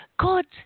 God